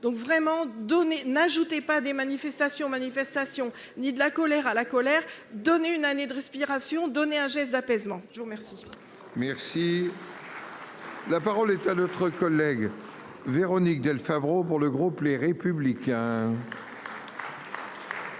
donc vraiment donné n'ajoutait pas des manifestations, manifestations, ni de la colère à la colère. Donner une année de respiration donner un geste d'apaisement. Je vous remercie. Merci. La parole est à notre collègue Véronique Del Favero pour le groupe Les Républicains.